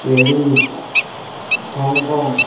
Paris Hong Kong